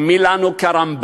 ומי לנו כרמב"ם,